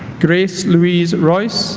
grace louise royce